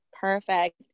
Perfect